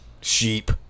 Sheep